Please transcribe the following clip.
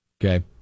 Okay